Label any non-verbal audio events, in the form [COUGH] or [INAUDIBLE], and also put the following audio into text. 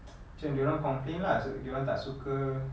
[NOISE] macam dia orang complain lah dia orang tak suka